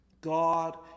God